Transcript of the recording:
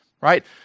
right